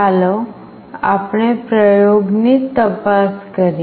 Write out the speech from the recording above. ચાલો આપણે પ્રયોગની તપાસ કરીએ